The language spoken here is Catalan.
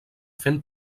fent